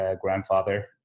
grandfather